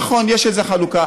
נכון, יש איזו חלוקה.